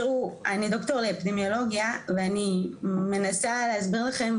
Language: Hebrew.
תראו אני דוקטור לאפידמיולוגיה ואני מנסה להסביר לכם